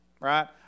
Right